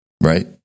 Right